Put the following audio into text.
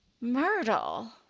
Myrtle